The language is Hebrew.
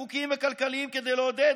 חוקיים וכלכליים כדי לעודד